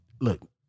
Look